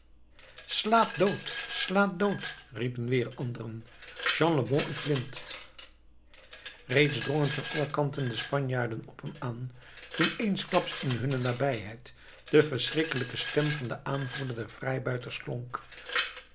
slaat dood slaat dood riepen weer anderen jean lebon is blind reeds drongen van alle kanten de spanjaarden op hem aan toen eensklaps in hunne nabijheid de verschrikkelijke stem van den aanvoerder der vrijbuiters